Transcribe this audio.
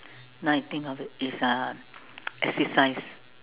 now I think of it is uh exercise